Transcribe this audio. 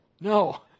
No